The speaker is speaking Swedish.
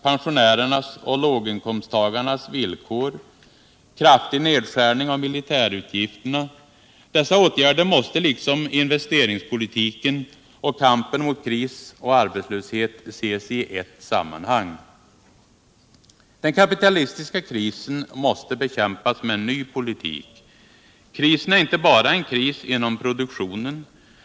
pensionärernas och låginkomsttagarnas villkor, kraftig nedskärning av militärutgifterna måste liksom investeringspolitiken och kampen mot kris och arbetslöshet ses i ett sammanhang. Den kapitalistiska krisen måste bekämpas med en ny politik. Krisen är inte bara en kris inom produktionen.